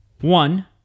one